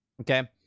okay